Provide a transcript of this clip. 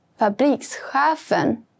Fabrikschefen